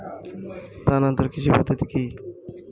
স্থানান্তর কৃষি পদ্ধতি কি?